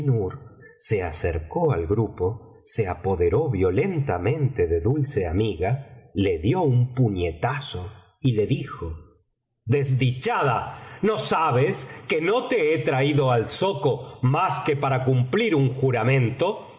se acercó al grupo se apoderó violentamente de dulce amiga le dio un puñetazo y le dijo desdichada no sabes que no te he traído al zoco mas que para cumplir un juramento